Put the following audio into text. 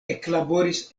eklaboris